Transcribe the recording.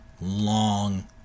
long